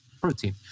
protein